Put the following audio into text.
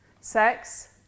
sex